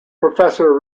professor